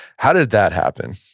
how did that happen?